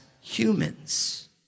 humans